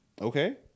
Okay